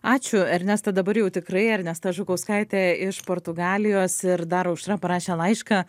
ačiū ernesta dabar jau tikrai ernesta žukauskaitė iš portugalijos ir dar aušra parašė laišką